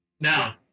Now